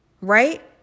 Right